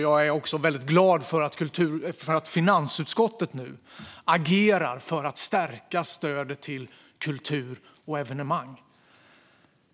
Jag är väldigt glad att finansutskottet nu agerar för att stärka stödet till kultur och evenemang.